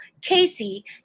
Casey